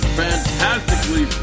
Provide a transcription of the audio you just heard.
fantastically